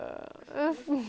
I was like eh